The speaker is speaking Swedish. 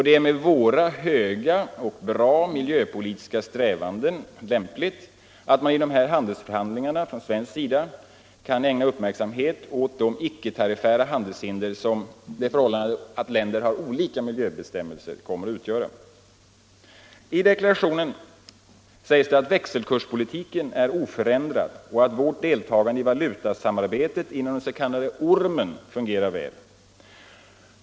Det är med våra höga och fina miljöpolitiska strävanden lämpligt att man från svensk sida vid handelsförhandlingarna ägnar uppmärksamhet åt de icke-tariffära handelshinder som det förhållandet att länderna har olika miljöbestämmelser kommer att utgöra. I deklarationen sägs att växelkurspolitiken är oförändrad och att vårt deltagande i valutasamarbetet inom den s.k. ”ormen” fungerar väl.